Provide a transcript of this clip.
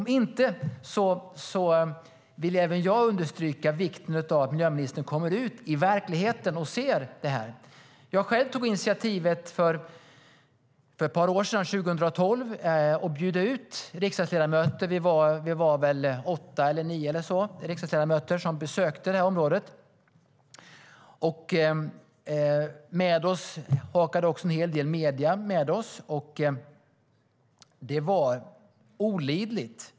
Om inte vill även jag understryka vikten av att miljöministern kommer ut i verkligheten och ser det. För ett par år sedan, 2012, tog jag initiativ till att bjuda riksdagsledamöter att besöka området. Vi var väl en åtta nio ledamöter, och en hel del medier hakade på oss. Det var olidligt.